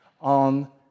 on